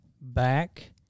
back